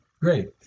great